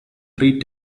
three